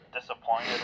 disappointed